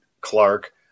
Clark